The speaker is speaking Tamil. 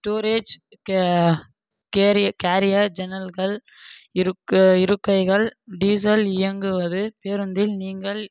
ஸ்டோரேஜ் கேரி கேரியர் ஜன்னல்கள் இருக்க இருக்கைகள் டீசல் இயங்குவது பேருந்தில் நீங்கள்